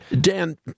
Dan